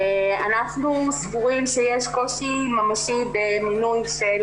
אנחנו סבורים שיש קושי ממשי במינוי של